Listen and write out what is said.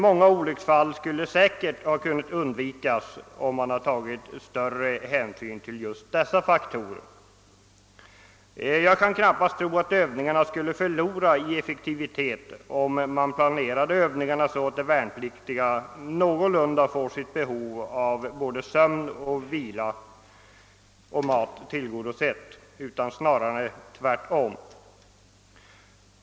Många olycksfall skulle säkerligen ha kunnat undvikas, om man hade tagit större hänsyn till just dessa faktorer. Jag kan knappast tro att övningarna skulle förlora i effektivitet om man planerade dem så, att de värnpliktiga fick sitt behov av vila och mat någorlunda väl tillgodosett. Förhållandet är snarare det motsatta.